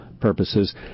purposes